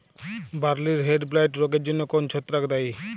বার্লির হেডব্লাইট রোগের জন্য কোন ছত্রাক দায়ী?